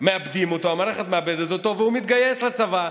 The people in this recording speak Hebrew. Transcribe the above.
המערכת מאבדת אותו והוא מתגייס לצבא.